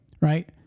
right